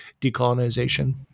decolonization